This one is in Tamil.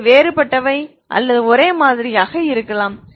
அவை வேறுபட்டவை அல்லது ஒரே மாதிரியாக இருக்கலாம்